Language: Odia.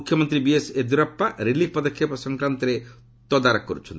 ମୁଖ୍ୟମନ୍ତ୍ରୀ ବିଏସ୍ ୟେଦୁରପ୍ତା ରିଲିଫ୍ ପଦକ୍ଷେପ ସଂକ୍ରାନ୍ତରେ ତଦାରଖ କରୁଛନ୍ତି